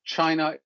China